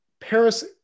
Paris